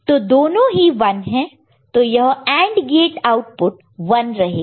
तो दोनों ही 1 है तो यह AND गेट आउटपुट 1 रहेगा